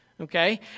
okay